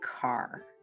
car